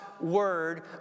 word